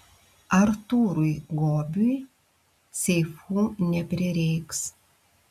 artūrui gobiui seifų neprireiks